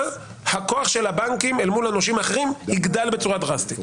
הכוח של הבנקים מול הנושים האחרים יגדל בצורה דרסטית.